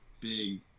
big